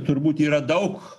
turbūt yra daug